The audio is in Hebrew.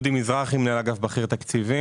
אני מנהל אגף בכיר תקציבים.